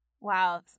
Wow